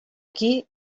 aquí